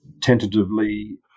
tentatively